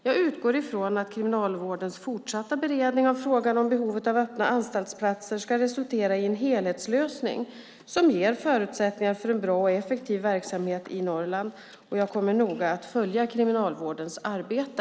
Jag utgår ifrån att Kriminalvårdens fortsatta beredning av frågan om behovet av öppna anstaltsplatser ska resultera i en helhetslösning som ger förutsättningar för en bra och effektiv verksamhet i Norrland. Jag kommer noga att följa Kriminalvårdens arbete.